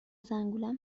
زنگولم